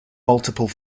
multiple